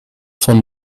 von